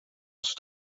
als